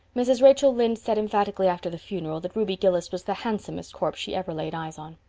mrs. rachel lynde said emphatically after the funeral that ruby gillis was the handsomest corpse she ever laid eyes on.